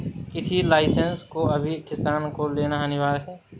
कृषि लाइसेंस को सभी किसान को लेना अनिवार्य है